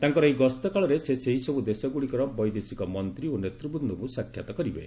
ତାଙ୍କର ଏହି ଗସ୍ତ କାଳରେ ସେ ସେହିସବୁ ଦେଶଗୁଡ଼ିକର ବୈଦେଶିକ ମନ୍ତ୍ରୀ ଓ ନେତୃବ୍ଦଙ୍କୁ ସାକ୍ଷାତ୍ କରିବେ